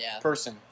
person